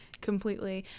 completely